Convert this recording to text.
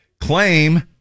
claim